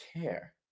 care